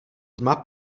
tma